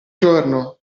giorno